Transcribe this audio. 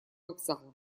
вокзала